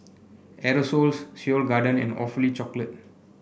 Aerosoles Seoul Garden and Awfully Chocolate